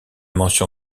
mention